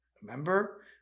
Remember